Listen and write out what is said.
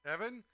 Evan